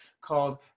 called